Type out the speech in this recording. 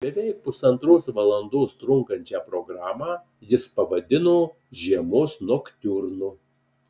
beveik pusantros valandos trunkančią programą jis pavadino žiemos noktiurnu